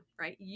right